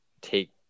take